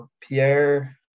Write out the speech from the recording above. pierre